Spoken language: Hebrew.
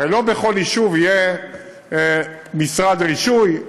הרי לא בכל יישוב יהיה משרד רישוי.